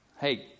Hey